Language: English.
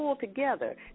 Together